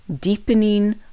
deepening